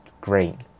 great